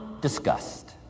disgust